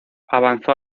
avanzó